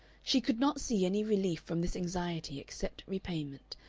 she could not see any relief from this anxiety except repayment,